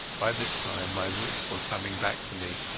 by this time my wits were coming back to me,